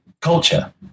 culture